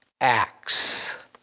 acts